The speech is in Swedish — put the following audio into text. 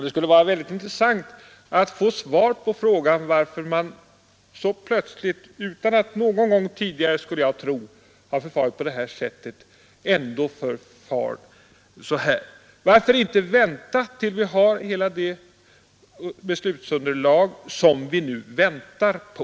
Det skulle vara väldigt intressant att få svar på frågan varför man så plötsligt förfar på det här sättet utan att ha gjort det någon gång tidigare. Varför inte avvakta till dess vi har hela det beslutsunderlag som vi nu väntar på?